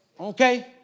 Okay